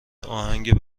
آهنگ